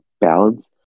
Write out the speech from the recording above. balance